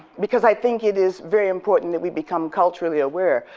because i think it is very important that we become culturally aware.